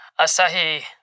Asahi